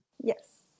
Yes